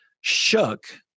shook